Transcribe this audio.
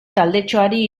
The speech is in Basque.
taldetxoari